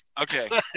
Okay